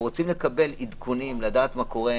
הם רוצים לקבל עדכונים, לדעת מה קורה.